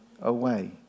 away